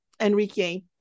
enrique